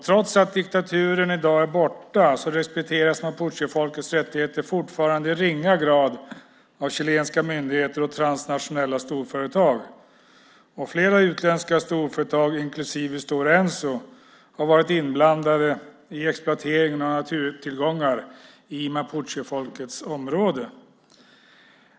Trots att diktaturen i dag är borta respekteras mapuchefolkets rättigheter fortfarande i ringa grad av chilenska myndigheter och transnationella storföretag. Flera utländska storföretag, inklusive Stora Enso, har varit inblandade i exploateringen av naturtillgångar i mapuchefolkets område.